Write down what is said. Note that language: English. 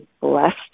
blessed